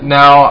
now